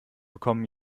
bekommen